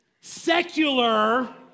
secular